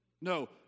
No